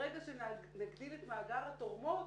ברגע שנגדיל את מאגר התורמות,